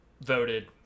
voted